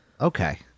okay